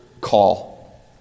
call